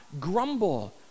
grumble